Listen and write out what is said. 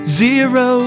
zero